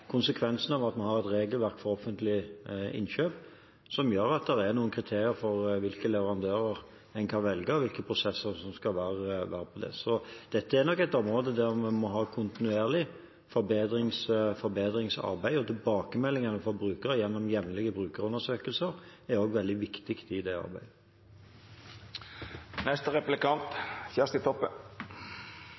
et regelverk for offentlige innkjøp, som gjør at det er noen kriterier for hvilke leverandører man kan velge, og hvilke prosesser som skal være for det. Så dette er nok et område der vi må ha kontinuerlig forbedringsarbeid. Tilbakemeldingene fra brukere gjennom jevnlige brukerundersøkelser er også veldig viktig i det